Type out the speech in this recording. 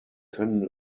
können